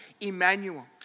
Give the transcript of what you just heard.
Emmanuel